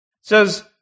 says